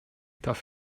darf